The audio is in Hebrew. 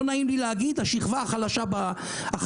לא נעים לי להגיד השכבה החלשה במשק,